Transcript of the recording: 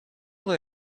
they